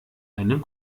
einen